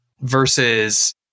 versus